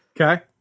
Okay